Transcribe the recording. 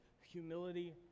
humility